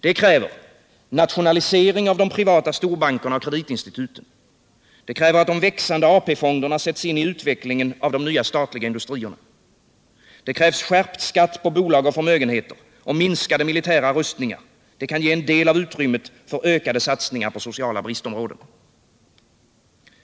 Detta kräver: De växande AP-fonderna sätts in i utvecklingen av de nya statliga industrierna. Skärpt skatt på bolag och förmögenheter samt minskade militära rustningar. Detta kan ge en del av utrymmet för ökade satsningar på sociala bristområden.